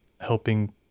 helping